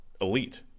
elite